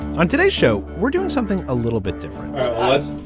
on today's show. we're doing something a little bit different